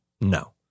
No